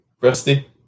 Rusty